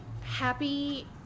happy